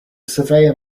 surveyor